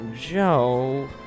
Joe